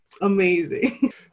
amazing